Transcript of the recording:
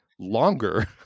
longer